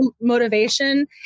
motivation